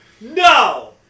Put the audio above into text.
No